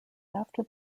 after